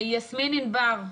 יסמין ענבר,